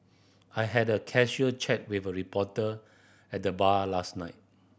I had a casual chat with a reporter at the bar last night